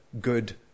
good